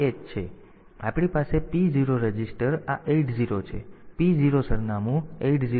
તેથી આ ah છે તેથી આપણી પાસે આ P0 રજિસ્ટર આ 80 છે p 0 રજીસ્ટર સરનામું 80 h છે